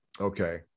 Okay